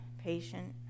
patient